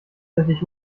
endlich